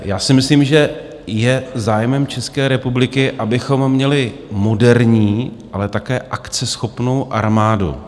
Já si myslím, že je zájmem České republiky, abychom měli moderní, ale také akceschopnou armádu.